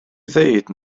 ddweud